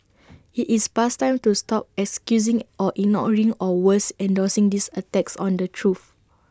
IT is past time to stop excusing or ignoring or worse endorsing these attacks on the truth